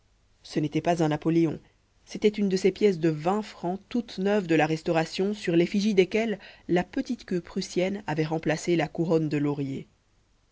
ce n'était pas un napoléon c'était une de ces pièces de vingt francs toutes neuves de la restauration sur l'effigie desquelles la petite queue prussienne avait remplacé la couronne de laurier